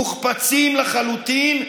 מוחפצים לחלוטין,